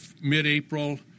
mid-April